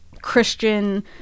Christian